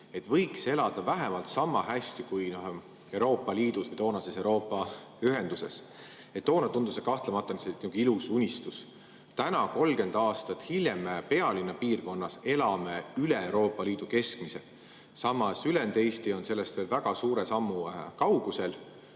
et võiks elada vähemalt sama hästi kui Euroopa Liidus või toonases Euroopa Ühenduses. Toona tundus see kahtlemata ilus unistus. Nüüd, 30 aastat hiljem me pealinnapiirkonnas elame üle Euroopa Liidu keskmise, samas ülejäänud Eesti on sellest veel väga suure sammu kaugusel.